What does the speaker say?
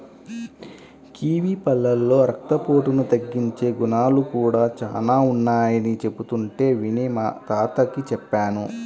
kiwi పళ్ళలో రక్తపోటును తగ్గించే గుణాలు కూడా చానా ఉన్నయ్యని చెబుతుంటే విని మా తాతకి చెప్పాను